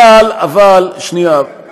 אבל איתן כבל